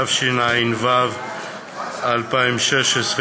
התשע"ו 2016,